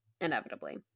inevitably